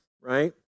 right